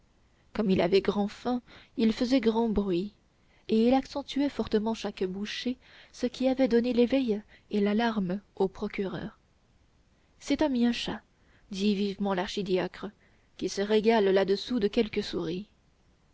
comme il avait grand faim il faisait grand bruit et il accentuait fortement chaque bouchée ce qui avait donné l'éveil et l'alarme au procureur c'est un mien chat dit vivement l'archidiacre qui se régale là-dessous de quelque souris